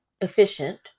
efficient